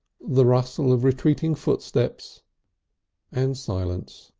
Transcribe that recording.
the rustle of retreating footsteps and silence.